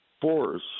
force